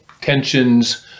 tensions